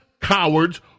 cowards